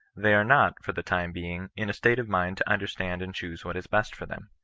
they are not, for the time being, in a state of mind to understand and choose what is best for them.